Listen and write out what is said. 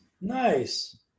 Nice